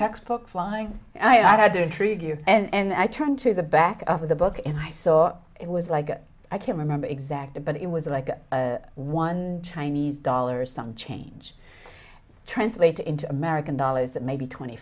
textbooks lying i do intrigue you and i turn to the back of the book and i saw it was like i can't remember exactly but it was like one chinese dollars some change translated into american dollars that maybe twenty